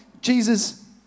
Jesus